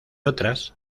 otras